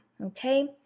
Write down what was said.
Okay